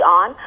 on